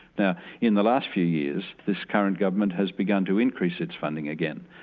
now in the last few years this current government has begun to increase its funding again,